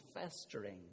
festering